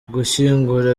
gushyingura